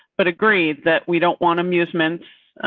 but agree that we don't want amusements.